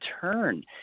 turn